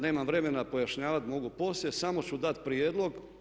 Nemam vremena pojašnjavati, mogu poslije, samo ću dati prijedlog.